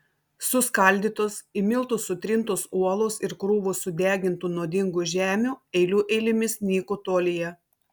suskaldytos į miltus sutrintos uolos ir krūvos sudegintų nuodingų žemių eilių eilėmis nyko tolyje